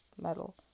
metal